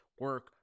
Work